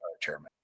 chairman